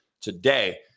today